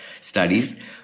studies